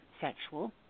sexual